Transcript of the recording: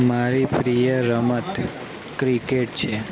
મારી પ્રિય રમત ક્રિકેટ છે